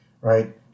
right